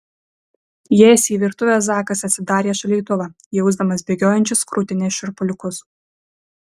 įėjęs į virtuvę zakas atsidarė šaldytuvą jausdamas bėgiojančius krūtine šiurpuliukus